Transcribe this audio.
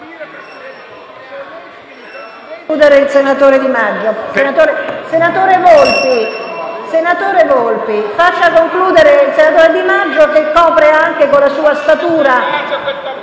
Senatore Volpi, faccia concludere il senatore Di Maggio, che copre anche con la sua statura